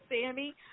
Sammy